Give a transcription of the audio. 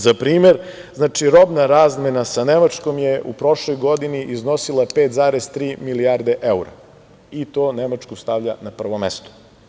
Za primer, znači robna razmena sa Nemačkom je u prošloj godini iznosila 5,3 milijarde eura i to Nemačku stavlja na prvo mesto.